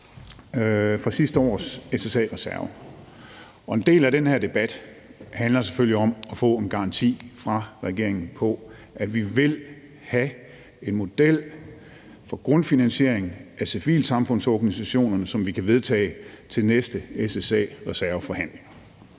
fra sidste års SSA-reserve. Og en del af den her debat handler selvfølgelig om at få en garanti fra regeringen om, at vi vil have en model for grundfinansiering af civilsamfundsorganisationerne, som vi kan vedtage ved næste SSA-reserveforhandlinger